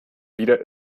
wieder